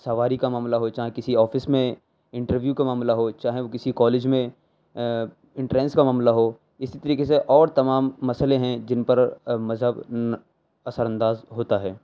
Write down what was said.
سواری کا معاملہ ہو چاہے کسی آفس میں انٹرویو کا معاملہ ہو چاہے وہ کسی کالج میں انٹرینس کا معاملہ ہو اسی طریقے اور تمام مسئلے ہیں جن پر مذہب اثرانداز ہوتا ہے